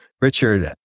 Richard